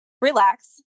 Relax